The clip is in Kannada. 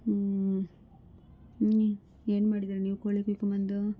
ಹ್ಞೂ ಇನ್ನು ಏನು ಮಾಡ್ದೆ ನೀನು ಕೋಳಿ ಕುಯ್ಕೊಂಡಬಂದು